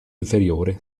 inferiore